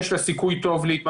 יש לה סיכוי טוב להתממש,